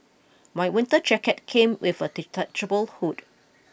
my winter jacket came with a detachable hood